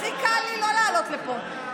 הכי קל לי לא לעלות לפה.